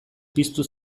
piztu